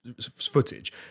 footage